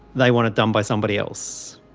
they want it done by somebody else.